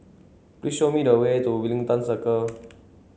please show me the way to Wellington Circle